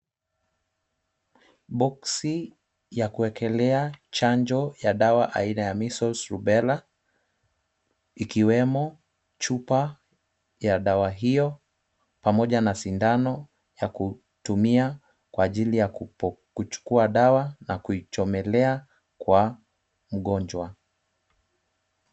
Boksi ya kuekelea chanjo dawa yaaina ya measles, rubella ikiwemo chupa ya dawa hiyo pamoja na sindano ya kutumia kwa ajili ya kuchukua dawa na kuichomelea kwa mgonjwa.